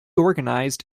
organized